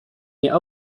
nie